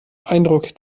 eindruck